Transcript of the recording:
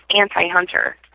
anti-hunter